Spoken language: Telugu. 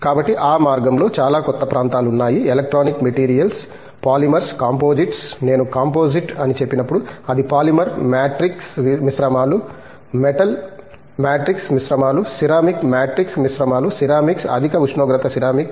కాబట్టి ఆ మార్గంలో చాలా కొత్త ప్రాంతాలు ఉన్నాయి ఎలక్ట్రానిక్ మెటీరియల్స్ పాలిమర్స్ కాంపోజిట్స్ నేను కాంపోజిట్ అని చెప్పినప్పుడు అది పాలిమర్ మ్యాట్రిక్స్ మిశ్రమాలు మెటల్ మ్యాట్రిక్స్ మిశ్రమాలు సిరామిక్ మ్యాట్రిక్స్ మిశ్రమాలు సిరామిక్స్ అధిక ఉష్ణోగ్రత సిరామిక్స్